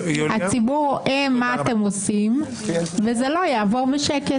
הציבור רואה מה אתם עושים, וזה לא יעבור בשקט.